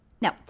no